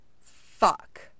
Fuck